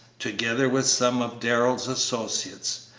together with some of darrell's associates.